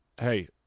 hey